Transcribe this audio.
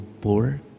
poor